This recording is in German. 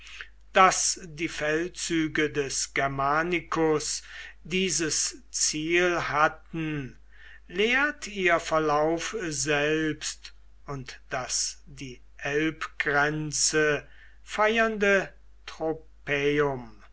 daß die feldzüge des germanicus dieses ziel hatten lehrt ihr verlauf selbst und das die elbgrenze feiernde